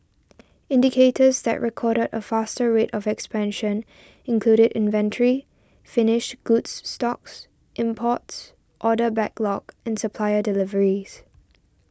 indicators that recorded a faster rate of expansion included inventory finished goods stocks imports order backlog and supplier deliveries